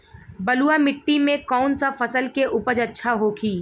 बलुआ मिट्टी में कौन सा फसल के उपज अच्छा होखी?